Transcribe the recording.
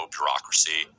bureaucracy